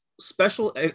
special